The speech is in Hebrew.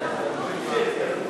שיקום,